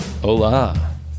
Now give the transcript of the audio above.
hola